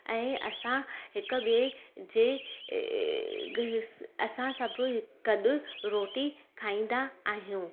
ऐं असां हिक ॿिए जे असां सभु हिकु गॾु रोटी खाईंदा आहियूं